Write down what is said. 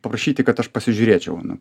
paprašyti kad aš pasižiūrėčiau na